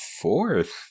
fourth